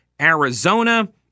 Arizona